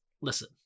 listen